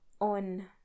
on